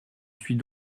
suis